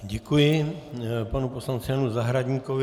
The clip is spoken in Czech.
Děkuji panu poslanci Janu Zahradníkovi.